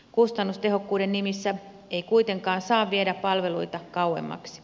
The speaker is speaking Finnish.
kustannustehokkuuden nimissä ei kuitenkaan saa viedä palveluita kauemmaksi